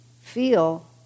feel